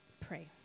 pray